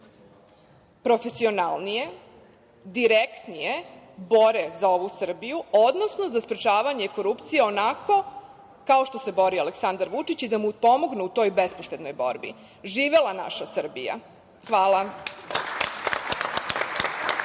profesionalnije, direktnije bore za ovu Srbiju, odnosno za sprečavanje korupcije, onako kao što se bori Aleksandar Vučić i da mu pomognu u toj bespoštednoj borbi. Živela naša Srbija. Hvala.